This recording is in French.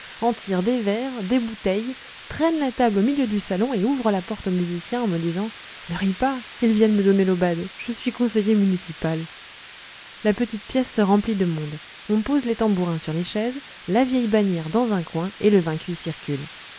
en tire des verres des bouteilles traîne la table au milieu du salon et ouvre la porte aux musiciens en me disant ne ris pas ils viennent me donner l'aubade je suis conseiller municipal la petite pièce se remplit de monde on pose les tambourins sur les chaises la vieille bannière dans un coin et le